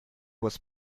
was